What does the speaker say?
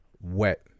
wet